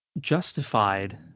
justified